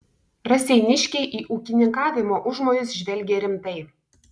raseiniškiai į ūkininkavimo užmojus žvelgė rimtai